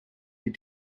die